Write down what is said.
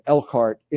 Elkhart